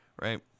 Right